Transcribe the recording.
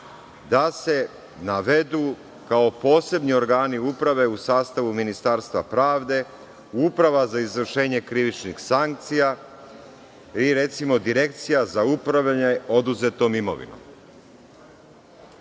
da se navedu kao posebni organi uprave u sastavu Ministarstva pravde Uprava za izvršenje krivičnih sankcija i, recimo, Direkcija za upravljanje oduzetom imovinom? Kako